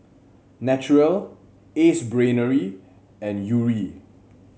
Naturel Ace Brainery and Yuri